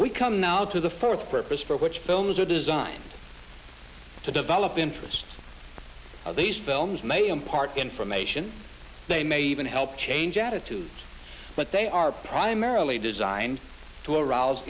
we come now to the first purpose for which films are designed to develop interests of these films may impart information they may even help change attitudes but they are primarily designed to arouse